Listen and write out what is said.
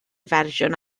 fersiwn